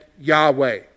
Yahweh